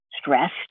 stressed